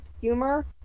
humor